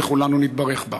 וכולנו נתברך בה.